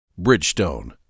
Bridgestone